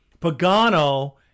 Pagano